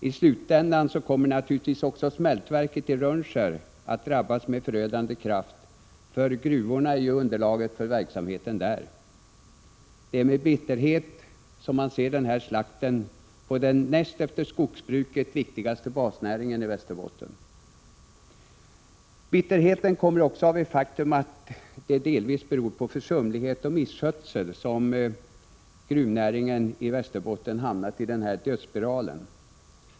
I slutändan kommer naturligtvis också smältverket i Rönnskär att drabbas med förödande kraft — gruvorna är ju underlaget för verksamheten där. Det är med bitterhet som man ser den här slakten på den näst efter skogsbruket viktigaste basnäringen i Västerbotten. Bitterheten kommer också av det faktum att det delvis är försumlighet och misskötsel som orsakat att gruvnäringen i Västerbotten hamnat i den här dödsspiralen.